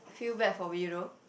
feel bad for me no